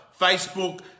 Facebook